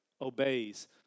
obeys